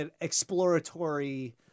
exploratory